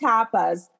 Tapas